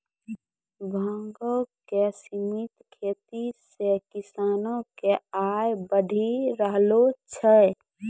भांगो के सिमित खेती से किसानो के आय बढ़ी रहलो छै